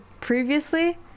previously